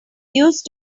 used